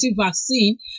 vaccine